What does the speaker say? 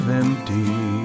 empty